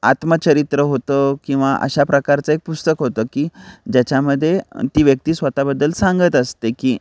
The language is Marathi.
आत्मचरित्र होतं किंवा अशा प्रकारचं एक पुस्तक होतं की ज्याच्यामध्ये ती व्यक्ती स्वतःबद्दल सांगत असते की